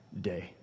day